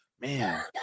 Man